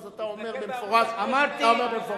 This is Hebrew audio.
אז אתה אומר במפורש שאתה לא מאיים.